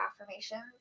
affirmations